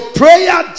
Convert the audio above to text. prayer